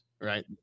right